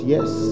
Yes